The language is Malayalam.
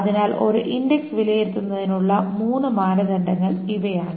അതിനാൽ ഒരു ഇൻഡക്സ് വിലയിരുത്തുന്നതിനുള്ള മൂന്ന് മാനദണ്ഡങ്ങൾ ഇവയാണ്